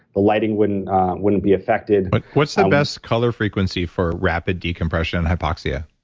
the lighting wouldn't wouldn't be affected but what's the best color frequency for rapid decompression hypoxia?